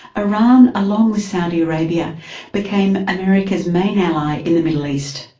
iran along with saudi arabia became america's main ally in the middle east.